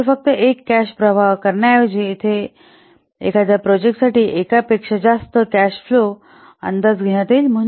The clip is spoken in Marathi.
तर फक्त एक कॅश प्रवाह करण्याऐवजी येथे एखाद्या प्रोजेक्टसाठी एका पेक्षा जास्त कॅश प्रवाह अंदाज घेण्यात येईल